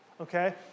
Okay